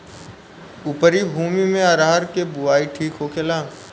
उपरी भूमी में अरहर के बुआई ठीक होखेला?